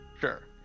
Sure